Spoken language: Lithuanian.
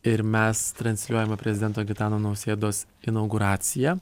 ir mes transliuojame prezidento gitano nausėdos inauguraciją